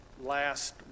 last